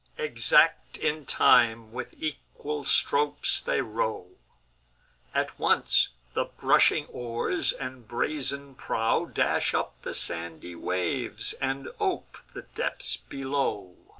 exact in time, with equal strokes they row at once the brushing oars and brazen prow dash up the sandy waves, and ope the depths below.